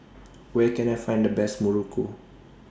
Where Can I Find The Best Muruku